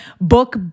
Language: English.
book